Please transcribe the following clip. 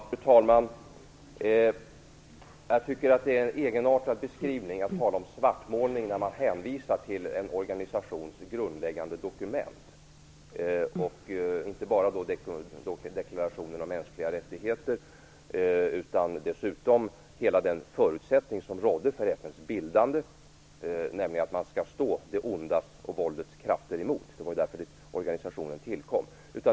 Fru talman! Jag tycker att det är en egenartad beskrivning att tala om svartmålning när man hänvisar till en organisations grundläggande dokument, och då inte bara deklarationen om mänskliga rättigheter utan också den förutsättning som rådde för FN:s bildande, nämligen att man skall stå det ondas och våldets krafter emot. Det var ju därför som organisationen tillkom.